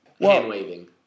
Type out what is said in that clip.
hand-waving